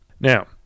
Now